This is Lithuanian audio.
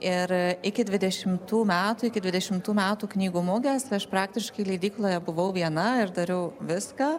ir iki dvidešimtų metų iki dvidešimtų metų knygų mugės aš praktiškai leidykloje buvau viena ir dariau viską